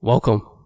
Welcome